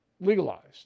legalized